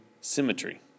symmetry